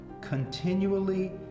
continually